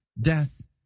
Death